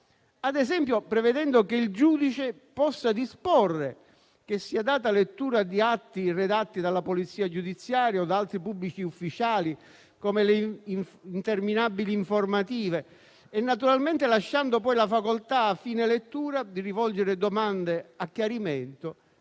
ad esempio, prevedendo che il giudice possa disporre che sia data lettura di atti redatti dalla polizia giudiziaria o da altri pubblici ufficiali, come le interminabili informative, e naturalmente lasciando poi la facoltà, a fine lettura, di rivolgere domande a chiarimento